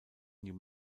new